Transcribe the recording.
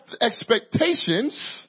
expectations